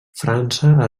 frança